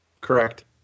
Correct